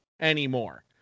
anymore